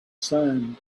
sand